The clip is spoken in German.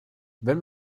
wenn